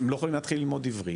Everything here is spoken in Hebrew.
הם לא יכולים להתחיל ללמוד עברית.